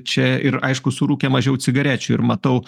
čia ir aišku surūkė mažiau cigarečių ir matau